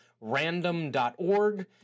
random.org